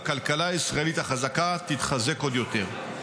והכלכלה הישראלית החזקה תתחזק עוד יותר.